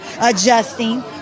adjusting